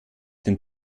den